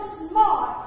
smart